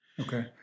Okay